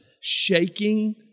shaking